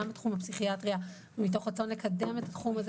גם בתחום הפסיכיאטריה ומתוך רצון לקדם את התחום הזה